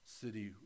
city